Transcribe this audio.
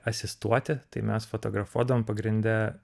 asistuoti tai mes fotografuodavom pagrinde